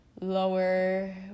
lower